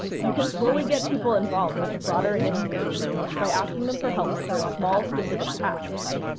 you can slowly get people involved with a broader initiative by asking them for help for small specific tasks.